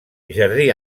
jardí